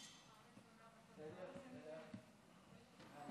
תודה רבה, אדוני